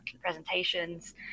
presentations